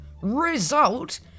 Result